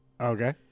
Okay